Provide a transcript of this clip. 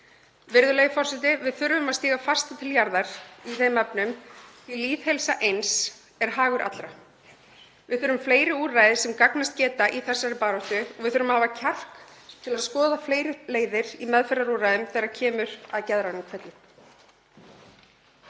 Við þurfum að stíga fastar til jarðar í þeim efnum. Lýðheilsa eins er hagur allra. Við þurfum fleiri úrræði sem gagnast geta í þessari baráttu og við þurfum að hafa kjark til að skoða fleiri leiðir í meðferðarúrræðum þegar kemur að geðrænum kvillum.